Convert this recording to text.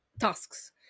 tasks